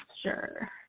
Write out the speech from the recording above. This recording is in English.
Sure